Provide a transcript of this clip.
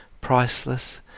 priceless